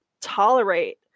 tolerate